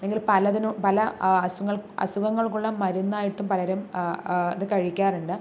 അല്ലെങ്കിൽ പലതിനും പല അസുഖങ്ങൾക്കുള്ള മരുന്നായിട്ടും പലരും അതു കഴിക്കാറുണ്ട്